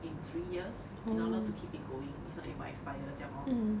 in three years in order to keep it going if it will expire 这样咯